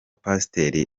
pasiteri